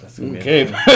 Okay